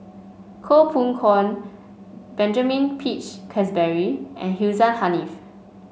Koh Poh Koon Benjamin Peach Keasberry and Hussein Haniff